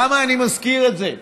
למה אני מזכיר את זה?